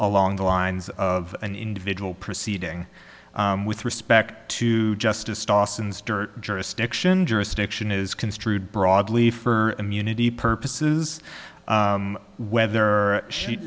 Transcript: along the lines of an individual proceeding with respect to justice dawson's dirt jurisdiction jurisdiction is construed broadly for immunity purposes whether